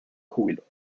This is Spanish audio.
júbilo